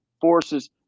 forces